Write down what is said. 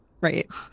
Right